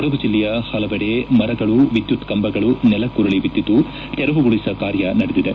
ಕೊಡಗು ಜಿಲ್ಲೆಯ ಪಲವೆಡೆ ಮರಗಳು ವಿದ್ಯುತ್ ಕಂಬಗಳು ನೆಲಕ್ಕುರುಳ ಬಿದಿದ್ದು ತೆರವುಗೊಳಿಸುವ ಕಾರ್ಯ ನಡೆದಿದೆ